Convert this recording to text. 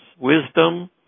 wisdom